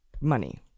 money